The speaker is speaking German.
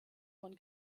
von